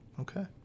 Okay